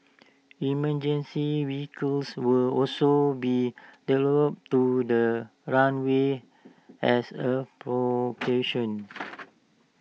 emergency vehicles will also be deployed to the runway as A precaution